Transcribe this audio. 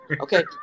okay